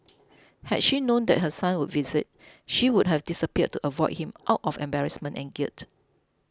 had she known that her son would visit she would have disappeared to avoid him out of embarrassment and guilt